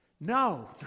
no